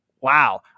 Wow